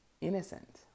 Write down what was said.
innocent